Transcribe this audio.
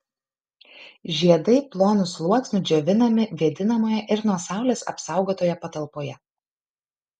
žiedai plonu sluoksniu džiovinami vėdinamoje ir nuo saulės apsaugotoje patalpoje